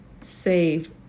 save